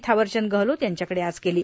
धावरचंद गहलोत यांच्याकडे आज केती